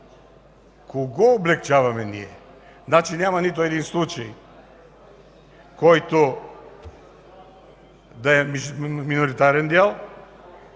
кого облекчаваме ние? Значи няма нито един случай, който да е миноритарен дял